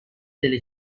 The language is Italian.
delle